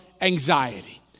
anxiety